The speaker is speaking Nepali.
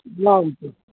ल हुन्छ